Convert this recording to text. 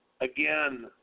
again